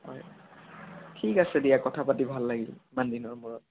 হয় ঠিক আছে দিয়া কথা পাতি ভাল লাগিল ইমান দিনৰ মূৰত